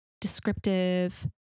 descriptive